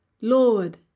Lord